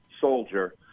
soldier